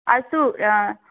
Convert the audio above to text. अस्तु